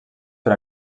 per